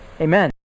Amen